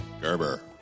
Gerber